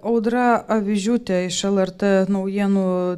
audra avižiūtė iš lrt naujienų